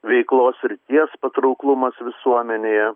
veiklos srities patrauklumas visuomenėje